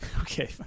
Okay